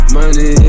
Money